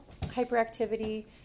hyperactivity